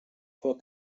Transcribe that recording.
fois